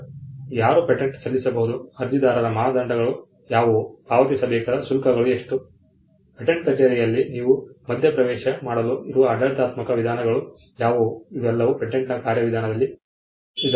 ಈಗ ಯಾರು ಪೇಟೆಂಟ್ ಸಲ್ಲಿಸಬಹುದು ಅರ್ಜಿದಾರರ ಮಾನದಂಡಗಳು ಯಾವುವು ಪಾವತಿಸಬೇಕಾದ ಶುಲ್ಕಗಳು ಎಷ್ಟು ಪೇಟೆಂಟ್ ಕಚೇರಿಯಲ್ಲಿ ನೀವು ಮಧ್ಯಪ್ರವೇಶ ಮಾಡಲು ಇರುವ ಆಡಳಿತಾತ್ಮಕ ವಿಧಾನಗಳು ಯಾವುವು ಇವೆಲ್ಲವೂ ಪೇಟೆಂಟ್ನ ಕಾರ್ಯವಿಧಾನದ ಅಂಶಗಳ ವ್ಯವಸ್ಥೆಯಾಗಿದೆ